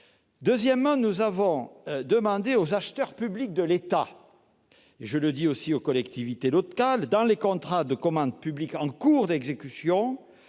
Deuxièmement, nous avons demandé aux acheteurs publics de l'État, ainsi qu'aux collectivités locales, dans le cadre des contrats de commande publique en cours d'exécution,